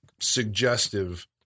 suggestive